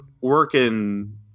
working